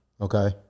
Okay